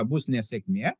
bus nesėkmė